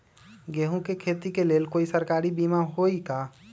गेंहू के खेती के लेल कोइ सरकारी बीमा होईअ का?